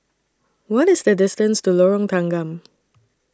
What IS The distance to Lorong Tanggam